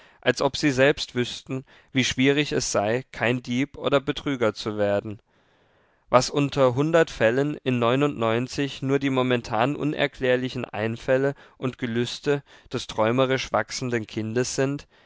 als ob sie selbst wüßten wie schwierig es sei kein dieb oder betrüger zu werden was unter hundert fällen in neunundneunzig nur die momentan unerklärlichen einfälle und gelüste des träumerisch wachsenden kindes sind